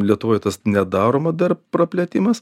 lietuvoje tas nedaroma dar praplėtimas